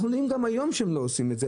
אנחנו יודעים גם היום שהם לא עושים את זה.